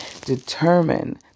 determine